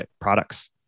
products